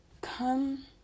come